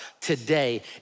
today